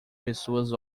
pessoas